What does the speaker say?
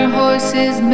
horses